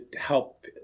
help